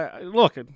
Look –